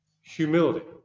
humility